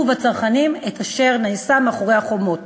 והצרכנים את אשר נעשה מאחורי החומות